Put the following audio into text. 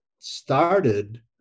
started